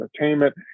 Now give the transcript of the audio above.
entertainment